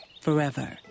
forever